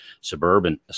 suburban